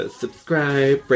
subscribe